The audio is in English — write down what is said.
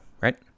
right